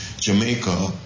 Jamaica